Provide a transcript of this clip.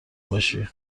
باشی